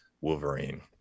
Wolverine